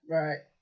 right